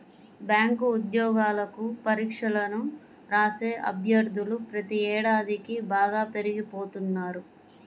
bank ఉద్యోగాలకు పరీక్షలను రాసే అభ్యర్థులు ప్రతి ఏడాదికీ బాగా పెరిగిపోతున్నారు